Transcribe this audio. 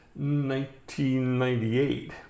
1998